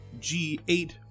g8